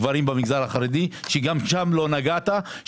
גברים במגזר החרדי שגם שם לא נגעת.